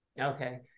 Okay